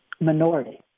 minority